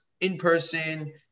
in-person